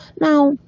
Now